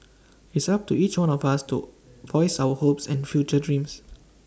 it's up to each one of us to voice our hopes and future dreams